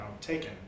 taken